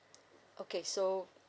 okay so